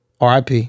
RIP